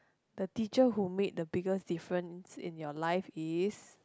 the teacher who made the biggest difference in your life is